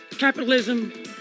Capitalism